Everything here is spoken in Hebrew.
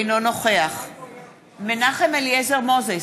אינו נוכח מנחם אליעזר מוזס,